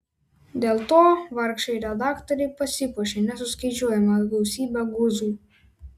dėl to vargšai redaktoriai pasipuošė nesuskaičiuojama gausybe guzų